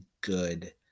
good